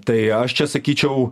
tai aš čia sakyčiau